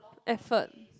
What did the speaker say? effort